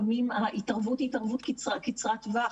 ההתערבות היא התערבות קצרת טווח,